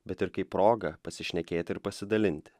bet ir kaip proga pasišnekėti ir pasidalinti